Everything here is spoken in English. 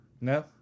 No